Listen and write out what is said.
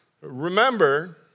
Remember